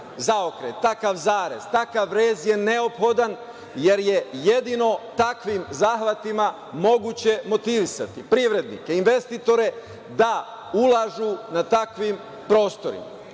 zaokret, takav zarez, takav rez je neophodan jer je jedino takvim zahvatima moguće motivisati privrednike, investitore da ulažu na takvim prostorima. Ja